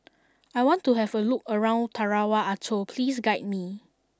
I want to have a look around Tarawa Atoll Please guide me